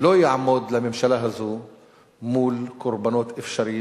לא יעמוד לממשלה הזאת מול קורבנות אפשריים